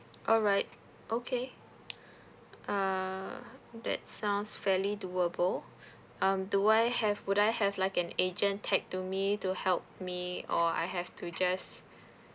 alright okay err that sounds fairly doable um do I have would I have like an agent tag to me to help me or I have to just